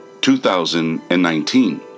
2019